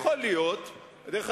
דרך אגב,